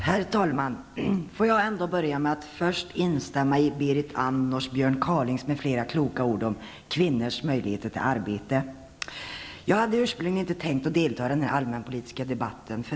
Herr talman! Jag vill först instämma i Berit Jag hade ursprungligen inte tänkt delta i denna allmänpolitiska debatt.